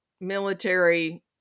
military